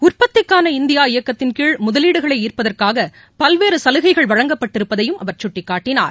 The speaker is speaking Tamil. உற்பத்திக்கான இந்தியா இயக்கத்தின்கீழ் முதலீடுகளை ஈர்ப்பதற்காக பல்வேறு சலுகைகள் வழங்கப்பட்டிருப்பதையும் அவர் சுட்டிக்காட்டினார்